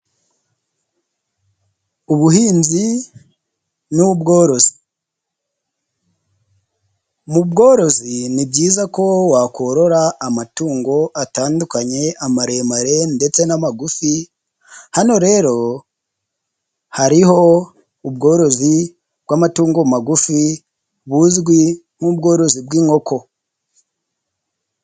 Ubuhinzi n'ubworozi mu bworozi ni byiza ko wakorora amatungo atandukanye, amaremare ndetse n'amagufi, hano rero hariho ubworozi bw'amatungo magufi buzwi nk'ubworozi bw'inkoko.